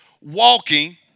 walking